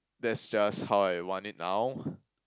that's just how I want it now